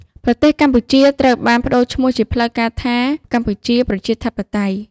ប្រទេសកម្ពុជាត្រូវបាន ប្តូរឈ្មោះជាផ្លូវការថា កម្ពុជាប្រជាធិបតេយ្យ។